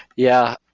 yeah.